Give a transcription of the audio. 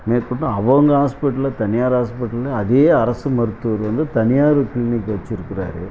மேற்கொண்டு அவங்க ஹாஸ்பிடலில் தனியார் ஹாஸ்பிடலில் அதே அரசு மருத்துவர் வந்து தனியார் கிளீனிக் வச்சுருக்குறாரு